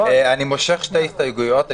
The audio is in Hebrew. כל מי ששוק הדעות חשוב לו,